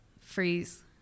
freeze